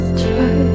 try